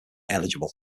eligible